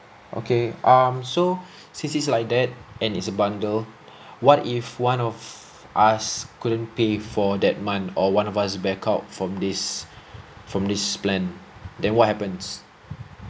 okay um so since it's like that and it's a bundle what if one of us couldn't pay for that month or one of us back out from this from this plan then what happens